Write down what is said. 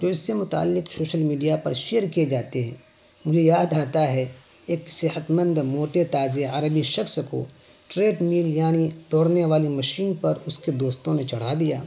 تو اس سے متعلق شوشل میڈیا پر شیئر کیے جاتے ہیں مجھے یاد آتا ہے ایک صحت مند موٹے تازے عربی شخص کو ٹریڈ میل یعنی دوڑنے والی مشین پر اس کے دوستوں نے چڑھا دیا